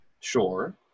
sure